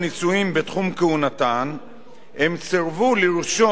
הם סירבו לרשום בני-זוג באופן עקרוני,